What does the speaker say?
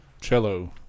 Cello